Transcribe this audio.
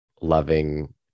loving